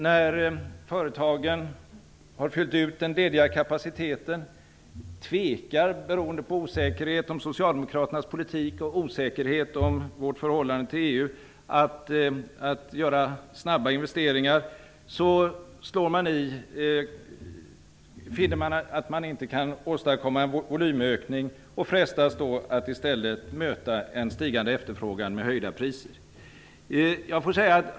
När företagen har fyllt ut den lediga kapaciteten tvekar de beroende på osäkerhet om Socialdemokraternas politik och osäkerhet om vårt förhållande till EU att göra snabba investeringar. De finner att man inte kan åstadkomma en volymökning, och frestas då att istället möta en stigande efterfrågan med höjda priser.